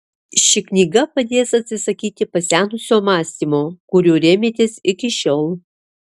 ši knyga padės atsisakyti pasenusio mąstymo kuriuo rėmėtės iki šiol